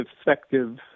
effective